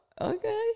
okay